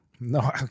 No